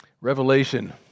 Revelation